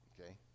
okay